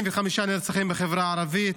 85 נרצחים בחברה הערבית.